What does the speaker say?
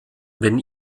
wenn